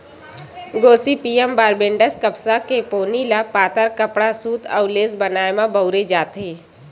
Gossypium barbadense कपसा के पोनी ल पातर कपड़ा, सूत अउ लेस बनाए म बउरे जाथे